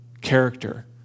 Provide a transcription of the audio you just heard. character